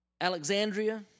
Alexandria